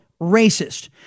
racist